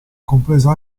compresa